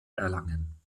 erlangen